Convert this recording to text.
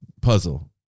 puzzle